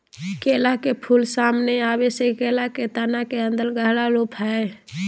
केला के फूल, सामने आबे से केला के तना के अन्दर गहरा रूप हइ